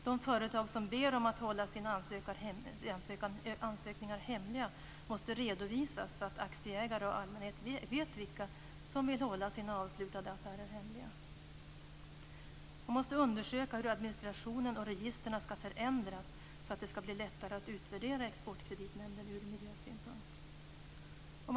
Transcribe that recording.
De företag som ber att få hålla sina ansökningar hemliga måste redovisas så att aktieägare och allmänhet vet vilka som vill hålla sina avslutade affärer hemliga. Man måste undersöka hur administrationen och registren skall förändras så att det blir lättare att utvärdera Exportkreditnämnden från miljösynpunkt.